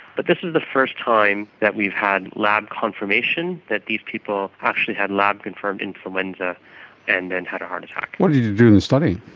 but this is the first time that we've had lab confirmation that these people actually had lab confirmed influenza and then had a heart attack. what did you do in the study?